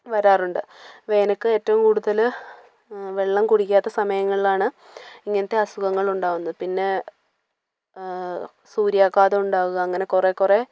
വരാറുണ്ട് അപ്പം എനിക്ക് ഏറ്റവും കൂടുതൽ വെള്ളം കുടിക്കാത്ത സമയങ്ങളിലാണ് ഇങ്ങനത്തെ അസുഖങ്ങൾ ഉണ്ടാവുന്നത് പിന്നെ സൂര്യാഘാതം ഉണ്ടാവുക അങ്ങനെ കുറെ കുറെ